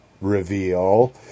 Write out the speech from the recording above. Reveal